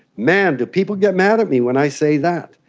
man, do people get mad at me when i say that!